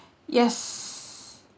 yes